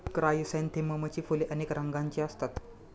क्रायसॅन्थेममची फुले अनेक रंगांची असतात